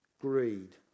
Greed